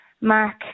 Mark